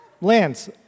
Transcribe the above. Lance